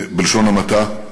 בלשון המעטה.